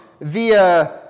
via